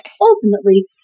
Ultimately